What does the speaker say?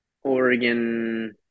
Oregon